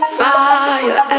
fire